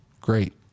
great